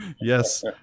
yes